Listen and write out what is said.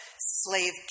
slave